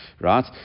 right